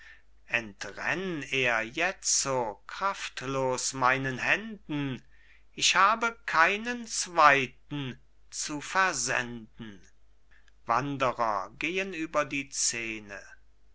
entränn er jetzo kraftlos meinen händen ich habe keinen zweiten zu versenden wanderer gehen über die szene